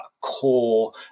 Core